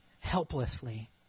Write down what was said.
helplessly